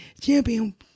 champion